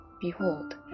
Behold